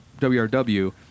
WRW